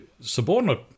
subordinate